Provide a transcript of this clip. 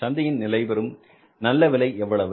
சந்தையின் நிலைபெறும் நல்ல விலை எவ்வளவு